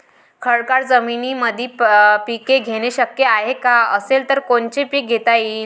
खडकाळ जमीनीमंदी पिके घेणे शक्य हाये का? असेल तर कोनचे पीक घेता येईन?